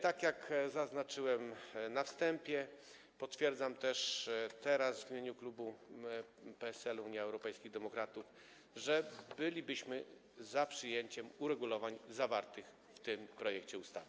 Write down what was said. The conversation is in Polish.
Tak jak zaznaczyłem na wstępie, potwierdzam też teraz w imieniu klubu PSL - Unii Europejskich Demokratów: jesteśmy za przyjęciem uregulowań zawartych w tym projekcie ustawy.